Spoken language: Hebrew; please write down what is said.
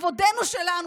לכבודנו שלנו,